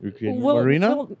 Marina